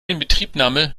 inbetriebnahme